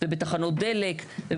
ובתחנות דלק,